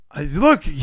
Look